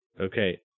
Okay